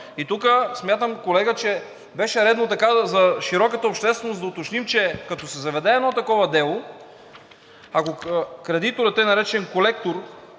И тук смятам, колега, че беше редно за широката общественост да уточним, че като се заведе едно такова дело, ако кредиторът, тъй наречен колектор,